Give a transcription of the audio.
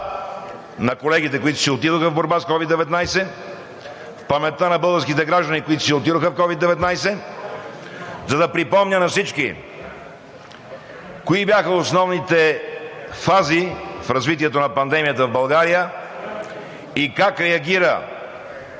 на колегите, които си отидоха в борба с COVID-19, в памет на българските граждани, които си отидоха от COVID-19, за да припомня на всички кои бяха основните фази в развитието на пандемията в България и как реагира